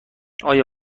آیا